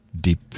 deep